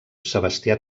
sebastià